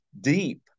deep